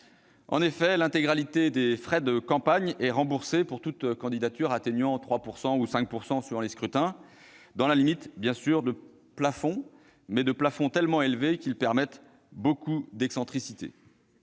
En effet, l'intégralité des frais de campagne est remboursée pour toute candidature recueillant 3 % ou 5 % des suffrages suivant les scrutins, dans la limite de plafonds, mais tellement élevés qu'ils permettent beaucoup d'excentricité.